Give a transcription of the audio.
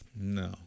No